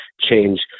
change